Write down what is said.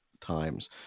times